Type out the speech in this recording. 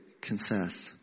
confess